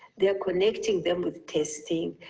they are connecting them with testing,